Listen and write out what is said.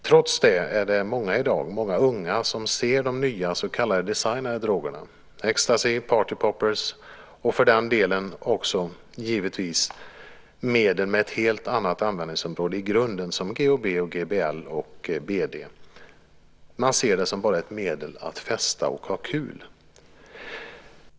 Trots det är det många unga i dag som ser de nya så kallade designade drogerna - ecstasy, party poppers och för den delen givetvis medel med ett helt annat användningsområde i grunden som GHB, GBL och BD - bara som ett medel när man ska festa och ha kul.